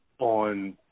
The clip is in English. on